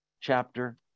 chapter